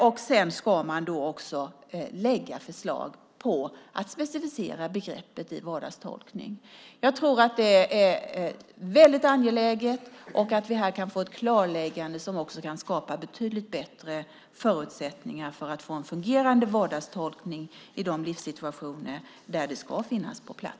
Därefter ska man också lägga fram förslag på hur begreppet vardagstolkning kan specificeras. Jag tror att detta är väldigt angeläget och att vi här kan få ett klarläggande som också kan skapa betydligt bättre förutsättningar för att få en fungerande vardagstolkning i de livssituationer där en sådan ska finnas på plats.